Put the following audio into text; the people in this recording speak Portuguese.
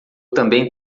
também